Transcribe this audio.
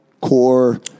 core